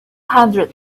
hundred